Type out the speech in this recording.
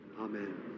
Amen